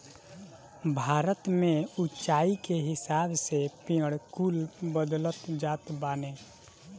भारत में उच्चाई के हिसाब से पेड़ कुल बदलत जात बाने